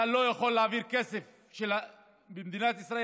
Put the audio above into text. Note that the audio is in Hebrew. אתה לא יכול להעביר כסף במדינת ישראל